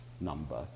number